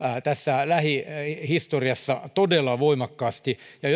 tässä lähihistoriassa todella voimakkaasti ja